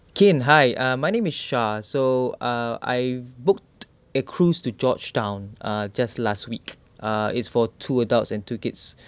Kim hi uh my name is Shah so ah I booked a cruise to georgetown uh just last week ah is for two adults and two kids